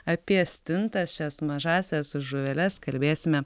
apie stintas šias mažąsias žuveles kalbėsime